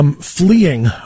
Fleeing